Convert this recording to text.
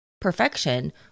perfection